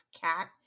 cat